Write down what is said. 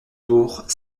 bourg